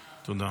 תודה.